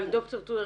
אבל ד"ר תודר,